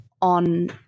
on